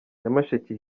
nyamasheke